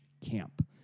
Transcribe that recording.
camp